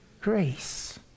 Grace